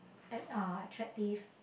and are attractive